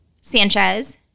Sanchez